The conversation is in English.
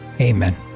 Amen